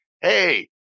hey